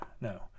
No